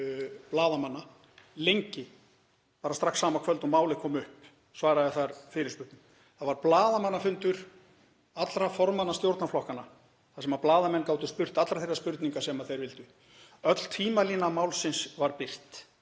Það var blaðamannafundur allra formanna stjórnarflokkanna þar sem blaðamenn gátu spurt allra þeirra spurninga sem þeir vildu. Öll tímalína málsins var birt.